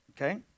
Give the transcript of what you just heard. Okay